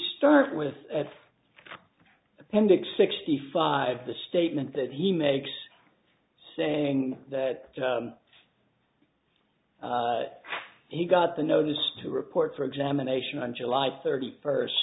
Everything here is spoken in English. started with an appendix sixty five the statement that he makes saying that he got the notice to report for examination on july thirty first